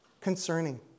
concerning